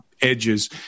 edges